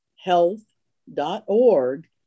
Health.org